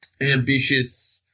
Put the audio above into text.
ambitious